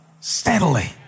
steadily